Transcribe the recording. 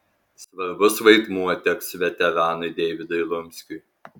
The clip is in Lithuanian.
svarbus vaidmuo teks veteranui deivydui lunskiui